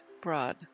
broad